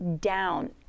down